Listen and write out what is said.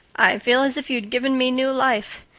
i feel as if you'd given me new life.